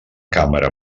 càmera